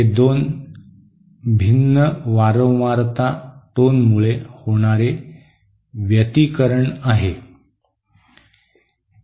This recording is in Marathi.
हे दोन भिन्न वारंवारता टोनमुळे होणारे व्यतीकरण आहे